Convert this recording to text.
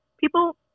people